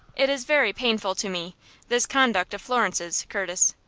it is very painful to me this conduct of florence's, curtis,